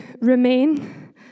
remain